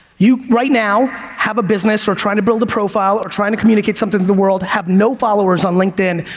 you, right now, have a business or trying to build a profile or trying to communicate something to the world, have no followers on linkedin,